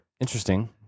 Interesting